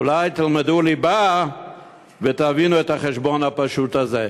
אולי תלמדו ליבה ותבינו את החשבון הפשוט הזה.